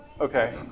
Okay